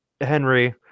henry